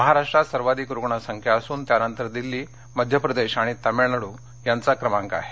महाराष्ट्रात सर्वाधिक रुग्णसंख्या असून त्यानंतर दिल्ली मध्यप्रदेश आणि तमिळनाडु यांचा क्रमांक आहे